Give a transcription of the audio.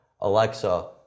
Alexa